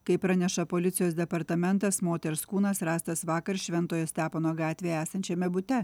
kaip praneša policijos departamentas moters kūnas rastas vakar šventojo stepono gatvėje esančiame bute